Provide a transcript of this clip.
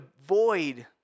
avoid